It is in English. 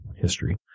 history